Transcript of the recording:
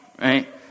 right